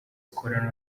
akora